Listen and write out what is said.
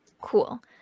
Cool